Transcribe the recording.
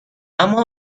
اما